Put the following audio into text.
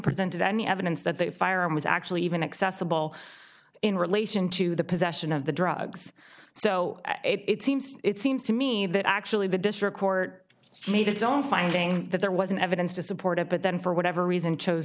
presented any evidence that that firearm was actually even accessible in relation to the possession of the drugs so it seems it seems to me that actually the district court made its own finding that there wasn't evidence to support it but then for whatever reason chose